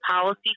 policy